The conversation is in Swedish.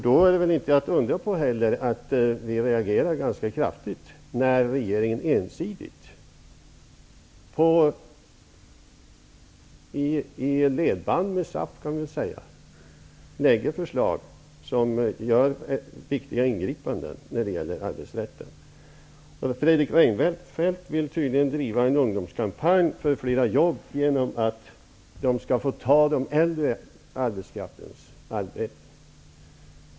Då är det inte konstigt att vi reagerar ganska kraftigt när regeringen ensidigt, i SAF:s ledband, lägger fram förslag som innebär viktiga ingripanden i arbetsrätten. Fredrik Reinfeldt vill tydligen driva en ungdomskampanj för flera jobb genom att ungdomar skall få ta den äldre arbetskraftens arbeten.